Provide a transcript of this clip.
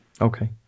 Okay